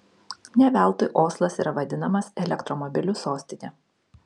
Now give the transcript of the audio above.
ne veltui oslas yra vadinamas elektromobilių sostine